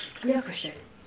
your question